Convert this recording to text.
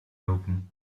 open